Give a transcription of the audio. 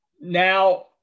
Now